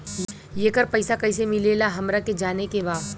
येकर पैसा कैसे मिलेला हमरा के जाने के बा?